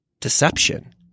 deception